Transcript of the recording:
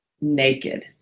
naked